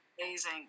Amazing